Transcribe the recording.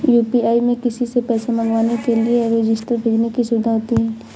UPI में किसी से पैसा मंगवाने के लिए रिक्वेस्ट भेजने की सुविधा होती है